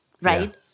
right